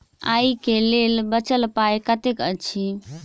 आइ केँ लेल बचल पाय कतेक अछि?